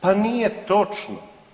Pa nije točno!